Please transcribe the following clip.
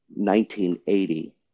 1980